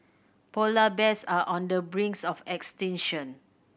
polar bears are on the brinks of extinction